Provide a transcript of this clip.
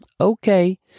okay